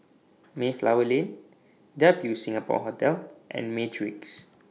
Mayflower Lane W Singapore Hotel and Matrix